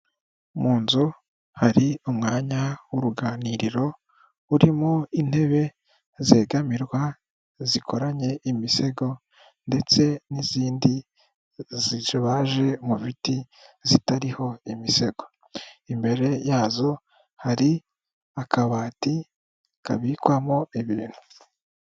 Mu nzu hari umwanya w'uruganiriro, urimo intebe zegamirwa zikoranye imisego ndetse n'izindi zibaje mu biti zitariho imisego, imbere yazo hari akabati kabikwamo ibintu.